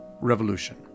revolution